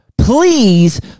Please